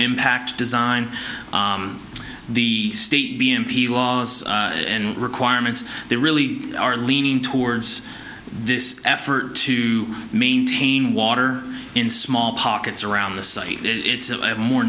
impact design the state b m p was in requirements they really are leaning towards this effort to maintain water in small pockets around the site it's a more